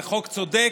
זה חוק צודק,